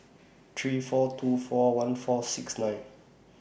three four two four one four six nine